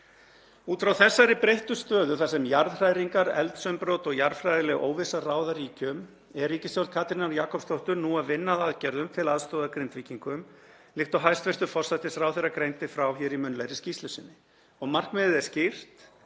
Út frá þessari breyttu stöðu þar sem jarðhræringar, eldsumbrot og jarðfræðileg óvissa ráða ríkjum er ríkisstjórn Katrínar Jakobsdóttur nú að vinna að aðgerðum til aðstoðar Grindvíkingum, líkt og hæstv. forsætisráðherra greindi frá í munnlegri skýrslu sinni. Markmiðið er skýrt;